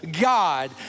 God